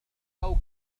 كوكب